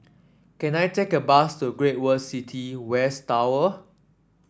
can I take a bus to Great World City West Tower